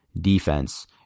defense